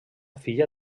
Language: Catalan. filla